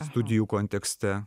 studijų kontekste